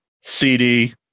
CD